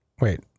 Wait